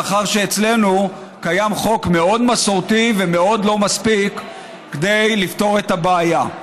לאחר שאצלנו קיים חוק מאוד מסורתי ומאוד לא מספיק לפתור את הבעיה.